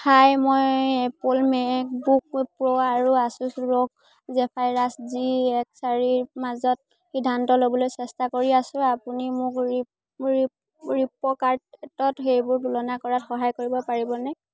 হাই মই Apple MacBook Pro আৰু Asus ROG Zephyrus G এক চাৰিৰ মাজত সিদ্ধান্ত ল'বলৈ চেষ্টা কৰি আছোঁ আপুনি মোক ফ্লিপ্পকাৰ্টত সেইবোৰ তুলনা কৰাত সহায় কৰিব পাৰিবনে